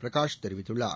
பிரகாஷ் தெரிவித்துள்ளார்